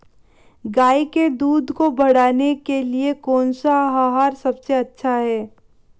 गाय के दूध को बढ़ाने के लिए कौनसा आहार सबसे अच्छा है?